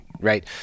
right